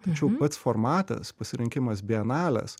tačiau pats formatas pasirinkimas bienalės